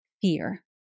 fear